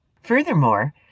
Furthermore